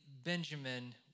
Benjamin